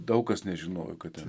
daug kas nežinojo kad ten